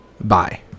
Bye